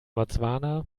botswana